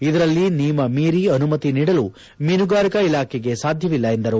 ಇದರಲ್ಲಿ ನಿಯಮ ಮೀರಿ ಅನುಮತಿ ನೀಡಲು ಮೀನುಗಾರಿಕಾ ಇಲಾಖೆಗೆ ಸಾಧ್ಯವಿಲ್ಲ ಎಂದರು